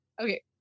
Okay